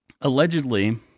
allegedly